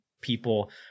people